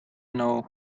know